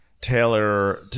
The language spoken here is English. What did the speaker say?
Taylor